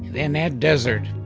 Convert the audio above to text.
in that desert